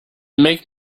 make